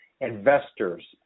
investors